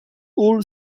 all